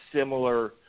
similar